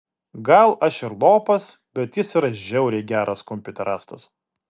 gal aš ir lopas bet jis yra žiauriai geras kompiuterastas